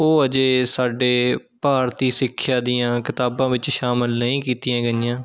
ਉਹ ਅਜੇ ਸਾਡੇ ਭਾਰਤੀ ਸਿੱਖਿਆ ਦੀਆਂ ਕਿਤਾਬਾਂ ਵਿੱਚ ਸ਼ਾਮਿਲ ਨਹੀਂ ਕੀਤੀਆਂ ਗਈਆਂ